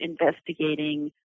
investigating